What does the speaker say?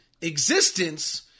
existence